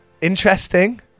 interesting